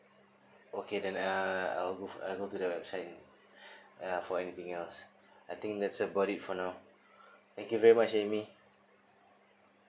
okay then I I will go I go to the website uh for anything else I think that's about it for now thank you very much amy